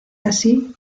así